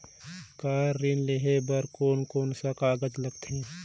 Car ऋण लेहे बार कोन कोन सा कागज़ लगथे?